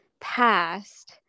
past